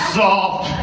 soft